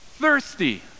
Thirsty